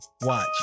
Watch